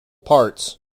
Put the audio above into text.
parts